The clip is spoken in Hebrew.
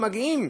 ומגיעים,